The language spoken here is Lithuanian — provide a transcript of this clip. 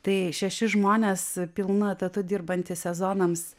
tai šeši žmonės pilnu etatu dirbantys sezonams